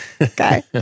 Okay